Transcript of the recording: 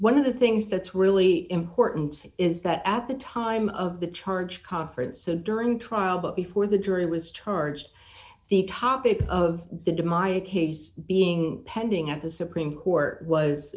one of the things that's really important is that at the time of the charge conference so during trial but before the jury was charged the topic of the dimaio being pending at the supreme court was